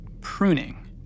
Pruning